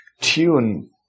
tune